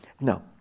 now